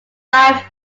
five